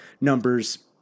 numbers